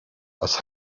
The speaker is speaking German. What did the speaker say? was